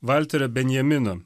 valterio benjamino